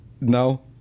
no